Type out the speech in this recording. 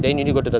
ah